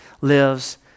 lives